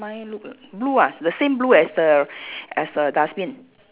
mine look blue ah the same blue as the as the dustbin